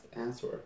answer